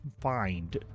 find